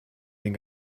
den